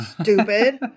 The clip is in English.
Stupid